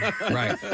right